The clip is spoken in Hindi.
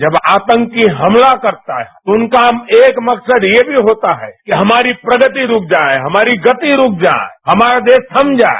जब आतंकी हमला करता है तो उनका एक मकसद यह भी होता है कि हमारी प्रगति रूक जाए हमारी गति रूक जाए हमारा देश थम जाए